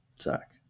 Zach